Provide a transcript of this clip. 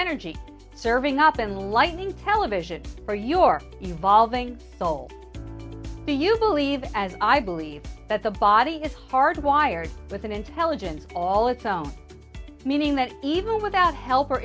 energy serving up and lightening television for your evolving bill do you believe as i believe that the body is hard wired with an intelligence all its own meaning that even without help